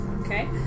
Okay